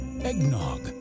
eggnog